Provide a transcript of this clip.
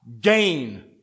gain